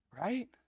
Right